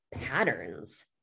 patterns